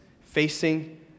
facing